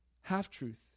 Half-truth